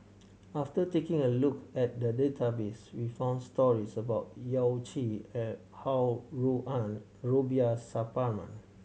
after taking a look at the database we found stories about Yao Chi Ho Rui An Rubiah Suparman